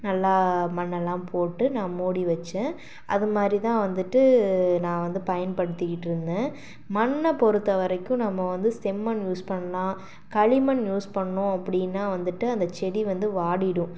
நல்லா மண்ணெல்லாம் போட்டு நான் மூடி வச்சேன் அது மாரி தான் வந்துவிட்டு நான் வந்து பயன்படுத்திக்கிட்டுருந்தேன் மண்ணை பொறுத்த வரைக்கும் நம்ம வந்து செம்மண் யூஸ் பண்ணலாம் களிமண் யூஸ் பண்ணோம் அப்படின்னா வந்துவிட்டு அந்த செடி வந்து வாடிவிடும்